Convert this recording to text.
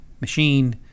machine